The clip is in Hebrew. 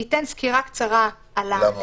תסבירי.